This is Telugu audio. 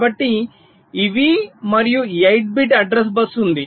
కాబట్టి ఇవి మరియు 8 బిట్ అడ్రస్ బస్సు ఉంది